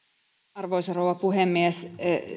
arvoisa rouva puhemies